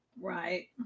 Right